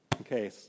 Okay